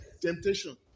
temptation